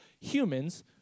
humans